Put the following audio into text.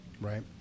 right